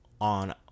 on